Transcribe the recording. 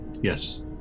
yes